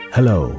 Hello